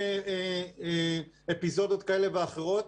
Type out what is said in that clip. בלי אפיזודות כאלה ואחרות,